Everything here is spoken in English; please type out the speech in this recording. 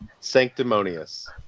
sanctimonious